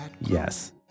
Yes